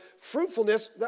fruitfulness